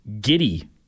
giddy